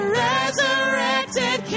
resurrected